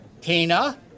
Tina